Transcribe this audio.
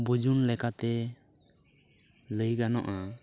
ᱵᱩᱡᱩᱱ ᱞᱮᱠᱛᱮ ᱞᱟᱹᱭ ᱜᱟᱱᱚᱜᱼᱟ